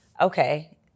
okay